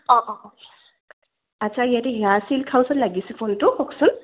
অঁ অঁ অঁ আচ্ছা ইয়াতে সেয়া চিল্ক হাওচত লাগিছে ফোনটো কওকচোন